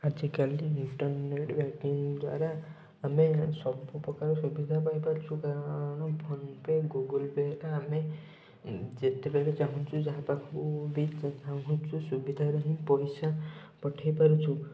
ଆଜିକାଲି internet banking ଦ୍ୱାରା ଆମେ ସବୁପ୍ରକାର ସୁବିଧା ପାଇପାରୁଛୁ କାରଣ ଫୋନପେ ଗୁଗୁଲପେ ରେ ଆମେ ଯେତେବେଳେ ଚାହୁଁଛୁ ଯାହାପାଖକୁ ବି ଚାହୁଁଛୁ ସୁବିଧାରେ ହିଁ ପଇସା ପଠାଇପାରୁଛୁ